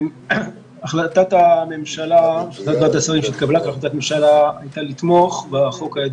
החלטת השרים שהתקבלה כהחלטת ממשלה הייתה לתמוך בחוק.